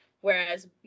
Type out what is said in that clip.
whereas